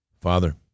Father